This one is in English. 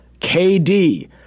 KD